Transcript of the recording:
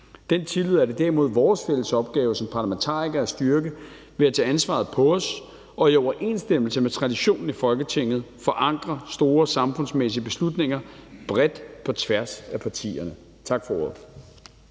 Den tillid er det derimod vores fælles opgave som parlamentarikere at styrke ved at tage ansvaret på os og i overensstemmelse med traditionen i Folketinget forankre store samfundsmæssige beslutninger bredt på tværs af partierne. Tak for ordet.